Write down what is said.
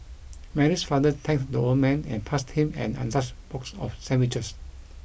Mary's father thanked the old man and passed him an untouched box of sandwiches